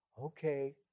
Okay